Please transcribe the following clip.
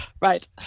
right